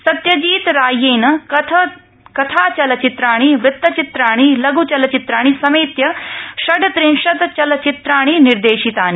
सत्यजीतरायेन कथचलचित्राणि वृत्तचित्राणि लघ्चलचित्राणि समेत्य षड्ञत्रिंशत् चलचित्राणि निर्देशितानि